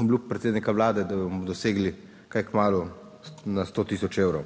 obljub predsednika Vlade, da bomo dosegli kaj kmalu na 100 tisoč evrov,